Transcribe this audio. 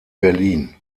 berlin